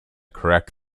correct